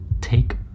Take